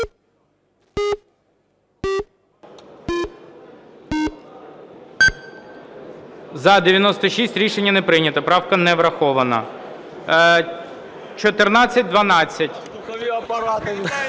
За-96 Рішення не прийнято, правка не врахована. 1412.